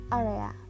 area